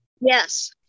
Yes